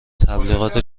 تبلیغات